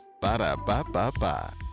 Ba-da-ba-ba-ba